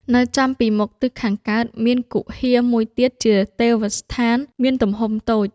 នៅចំពីមុខទិសខាងកើត មានគុហាមួយទៀតជាទេវស្ថាន មានទំហំតូច